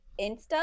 Insta